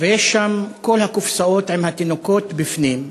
ויש שם כל הקופסאות עם התינוקות בפנים.